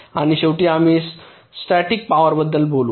आणि शेवटी आम्ही स्टॅटिक पॉवरबद्दल बोलू